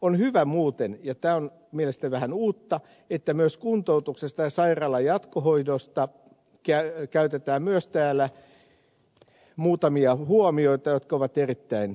on hyvä muuten ja tämä on mielestäni vähän uutta että myös kuntoutuksesta ja sairaalan jatkohoidosta esitetään täällä muutamia huomioita jotka ovat erittäin tärkeitä